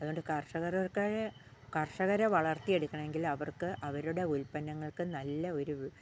അതുകൊണ്ട് കർഷകർക്ക് കർഷകരെ വളർത്തിയെടുക്കണമെങ്കിൽ അവർക്ക് അവരുടെ ഉൽപ്പന്നങ്ങൾക്ക് നല്ല ഒരു